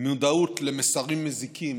מודעות למסרים מזיקים